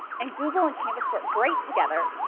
and google and canvas work great together,